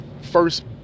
first